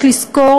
יש לזכור